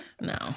No